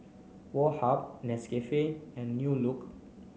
Woh Hup Nescafe and New Look